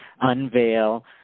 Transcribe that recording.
unveil